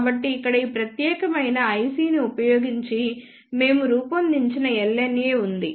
కాబట్టి ఇక్కడ ఈ ప్రత్యేకమైన IC ని ఉపయోగించి మేము రూపొందించిన LNA ఉంది